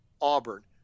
Auburn